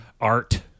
art